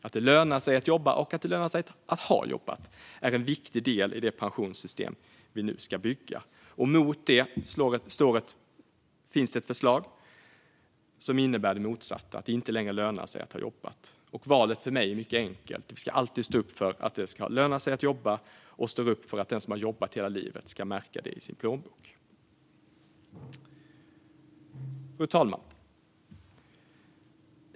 Att det lönar sig att jobba och att det ska löna sig att ha jobbat är en viktig del i det pensionssystem som vi nu ska bygga. Mot det står ett förslag som innebär det motsatta, att det inte längre lönar sig att jobba. Valet är för mig mycket enkelt. Vi ska alltid stå upp för att det ska löna sig att jobba och för att den som har jobbat hela livet ska märka det i sin plånbok. Fru talman!